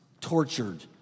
tortured